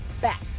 back